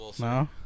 no